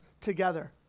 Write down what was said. together